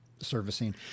servicing